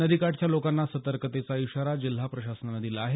नदीकाठच्या लोकांना सतर्कतेचा इशारा जिल्हा प्रशासनानं दिला आहे